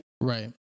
Right